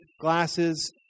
glasses